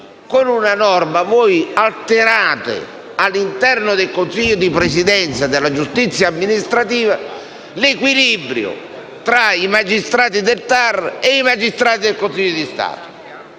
una norma che altera, all'interno del Consiglio di presidenza della giustizia amministrativa, l'equilibrio tra i magistrati del TAR e i magistrati del Consiglio di Stato.